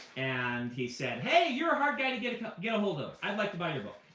and he said, hey, you're a hard guy to get get ahold of. i'd like to buy your book.